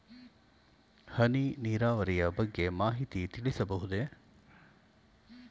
ಹನಿ ನೀರಾವರಿಯ ಬಗ್ಗೆ ಮಾಹಿತಿ ತಿಳಿಸಬಹುದೇ?